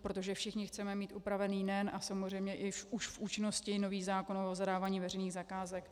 Protože všichni chceme mít upravený a nejen samozřejmě už v účinnosti nový zákon o zadávání veřejných zakázek.